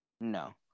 No